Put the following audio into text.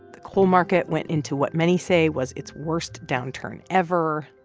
the coal market went into what many say was its worst downturn ever.